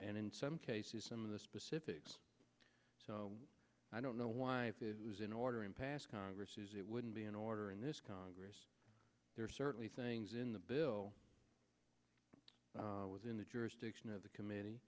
and in some cases some of the specifics so i don't know why it was in order and pass congress is it wouldn't be in order in this congress there are certainly things in the bill within the jurisdiction of the comm